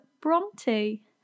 Bronte